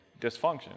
dysfunction